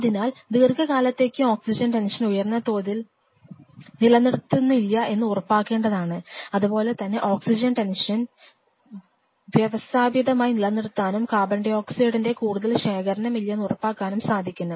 അതിനാൽ ദീർഘകാലത്തേക്ക് oxygen tension ഉയർന്ന തോതിൽ നിലനിർത്തുന്നില്ലെന്ന് ഉറപ്പാക്കേണ്ടതുണ്ട് അതുപോലെ തന്നെ ഓക്സിജൻ ടെൻഷൻ വ്യവസ്ഥാപിതമായി നിലനിർത്താനും CO2 ന്റെ കൂടുതൽ ശേഖരണം ഇല്ലെന്ന് ഉറപ്പാക്കാനും സാധിക്കണം